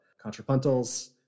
contrapuntals